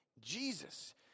Jesus